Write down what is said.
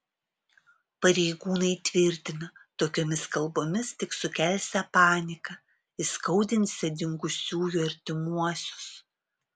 pareigūnai tvirtina tokiomis kalbomis tik sukelsią paniką įskaudinsią dingusiųjų artimuosius